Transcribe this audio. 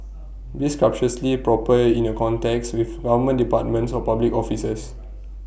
be scrupulously proper in your contacts with government departments or public officers